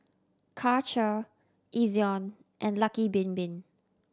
Karcher Ezion and Lucky Bin Bin